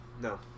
No